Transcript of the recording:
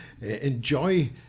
enjoy